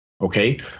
Okay